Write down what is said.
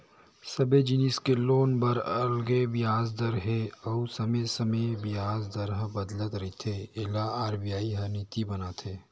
सबे जिनिस के लोन बर अलगे बियाज दर हे अउ समे समे बियाज दर ह बदलत रहिथे एला आर.बी.आई ह नीति बनाथे